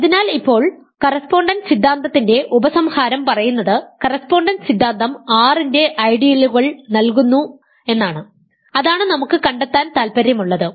അതിനാൽ ഇപ്പോൾ കറസ്പോണ്ടൻസ് സിദ്ധാന്തത്തിന്റെ ഉപസംഹാരം പറയുന്നത് കറസ്പോണ്ടൻസ് സിദ്ധാന്തം R ന്റെ ഐഡിയലുകൾ നൽകുന്നു അതാണ് നമുക്ക് കണ്ടെത്താൻ താൽപ്പര്യമുള്ളത്